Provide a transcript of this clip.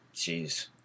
Jeez